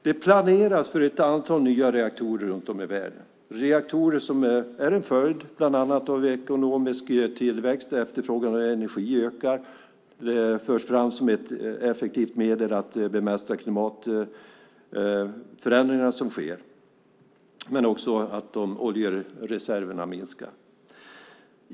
Det planeras för ett antal nya reaktorer runt om i världen. Det är en följd av bland annat ekonomisk tillväxt och att efterfrågan på energi ökar men också av att oljereserverna minskar. Det förs fram som ett effektivt medel att bemästra klimatförändringarna.